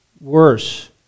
worse